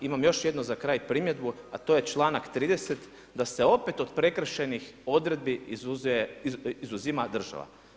Imamo još jednu za kraj primjedbu, a to je članak 30. da se opet od prekršajnih odredbi izuzima država.